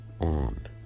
on